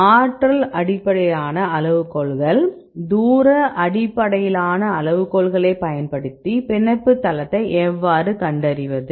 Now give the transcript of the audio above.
ஆற்றல் அடிப்படையிலான அளவுகோல்கள் தூர அடிப்படையிலான அளவுகோல்களைப் பயன்படுத்தி பிணைப்பு தளத்தை எவ்வாறு கண்டறிவது